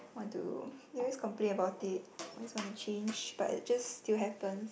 what do always complaint about this why is want to change but just still happen